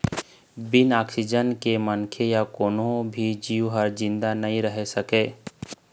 बिन ऑक्सीजन के मनखे य कोनो भी जींव ह जिंदा नइ रहि सकय